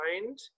mind